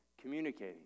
communicating